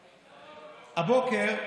הבוקר,